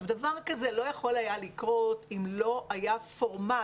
דבר כזה לא היה יכול לקרות אם לא היה פורמט